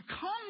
come